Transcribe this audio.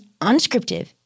unscriptive